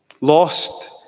Lost